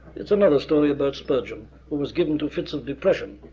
it's another story about spurgeon, who was given to fits of depression.